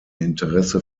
interesse